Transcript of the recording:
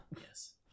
yes